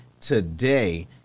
today